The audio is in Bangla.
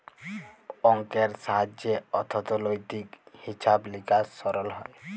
অংকের সাহায্যে অথ্থলৈতিক হিছাব লিকাস সরল হ্যয়